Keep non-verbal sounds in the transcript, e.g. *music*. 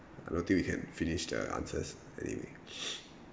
I don't think we can finish the answers anyway *breath*